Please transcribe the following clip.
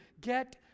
get